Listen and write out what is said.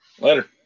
Later